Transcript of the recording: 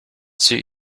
suit